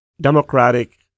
democratic